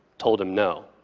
told him no.